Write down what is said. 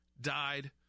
died